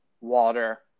water